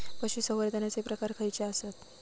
पशुसंवर्धनाचे प्रकार खयचे आसत?